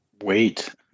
Wait